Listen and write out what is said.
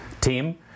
team